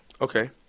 Okay